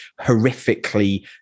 horrifically